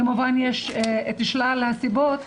כמובן יש את שלל הסיבות,